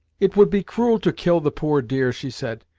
it would be cruel to kill the poor deer, she said,